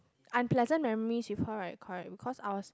unpleasant memories with her right correct because I was